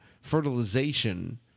fertilization